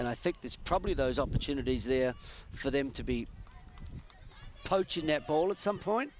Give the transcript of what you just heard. and i think that's probably those opportunities there for them to be poaching netball at some point